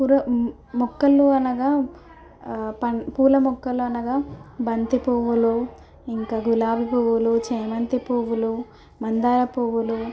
కురు మొక్కలు అనగా పం పూల మొక్కలు అనగా బంతి పువ్వులు ఇంకా గులాబీ పువ్వులు చామంతి పువ్వులు మందార పువ్వులు